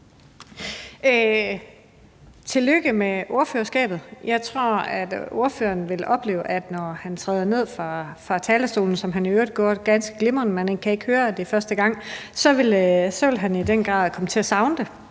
Tillykke med ordførerskabet. Jeg tror, at ordføreren vil opleve, at når han træder ned fra talerstolen – og han gjorde det i øvrigt ganske glimrende, man kan ikke høre, at det er første gang – så vil han i den grad komme til at savne det,